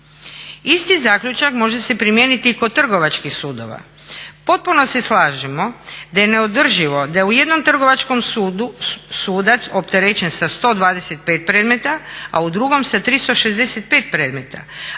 Isti zaključak može se primijeniti i kod trgovačkih sudova. Potpuno se slažemo da je neodrživo da u jednom trgovačkom sudu sudac opterećen sa 125 predmeta, a u drugom sa 365 predmeta.